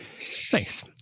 Thanks